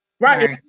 Right